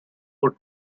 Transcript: put